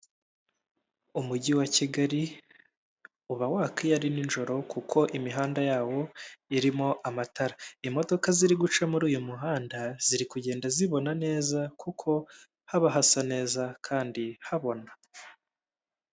Umujyi wa Kigali uba waka iyo ari nijoro, kuko imihanda yawo irimo amatara imodoka ziri guca muri uyu muhanda ziri kugenda zibona neza kuko haba hasa neza kandi habona.